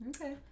Okay